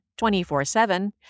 24-7